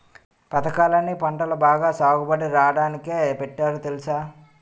పదకాలన్నీ పంటలు బాగా సాగుబడి రాడానికే పెట్టారు తెలుసా?